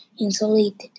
insulated